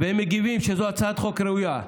הם מגיבים שזו הצעת חוק ראויה.